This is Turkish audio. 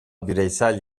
bireysel